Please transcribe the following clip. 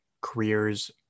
careers